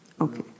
Okay